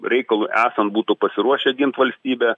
reikalui esant būtų pasiruošę gint valstybę